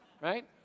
Right